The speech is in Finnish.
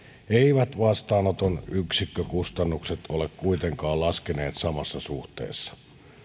eivät vastaanoton yksikkökustannukset ole kuitenkaan laskeneet samassa suhteessa